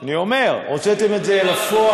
אני אומר: הוצאת את זה לפועל.